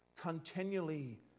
continually